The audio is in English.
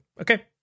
Okay